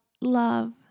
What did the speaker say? love